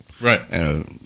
right